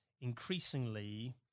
increasingly